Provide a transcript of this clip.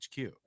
HQ